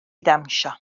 ddawnsio